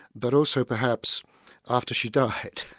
but also perhaps after she died.